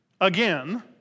again